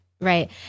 right